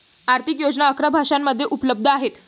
आर्थिक योजना अकरा भाषांमध्ये उपलब्ध आहेत